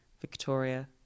victoria